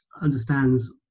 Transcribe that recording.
understands